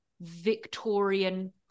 Victorian